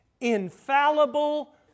infallible